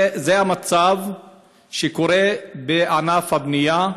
זה המצב שקורה בענף הבנייה,